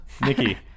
nikki